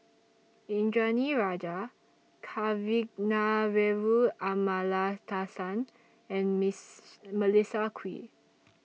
Indranee Rajah Kavignareru Amallathasan and Melissa Kwee